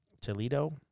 Toledo